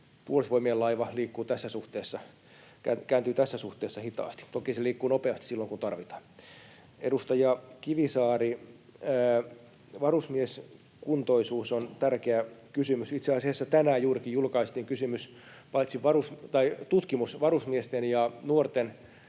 Puolustusvoimien laiva kääntyy tässä suhteessa hitaasti. Toki se liikkuu nopeasti silloin, kun tarvitaan. Edustaja Kivisaari, varusmieskuntoisuus on tärkeä kysymys. Itse asiassa tänään juurikin julkaistiin tutkimus varusmiesten ja nuorten